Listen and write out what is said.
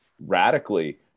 radically